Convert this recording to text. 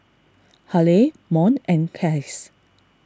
Haleigh Mont and Case